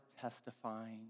testifying